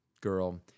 girl